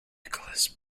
nicholas